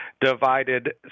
divided